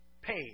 paid